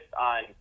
on